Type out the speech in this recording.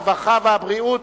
הרווחה והבריאות